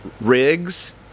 rigs